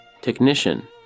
Technician